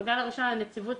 בגל הראשון הנציבות